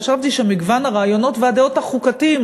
חשבתי שמגוון הרעיונות והדעות החוקתיים,